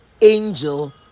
angel